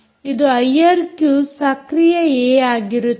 ಇದು ಐಆರ್ಕ್ಯೂ ಸಕ್ರಿಯ ಏ ಆಗಿರುತ್ತದೆ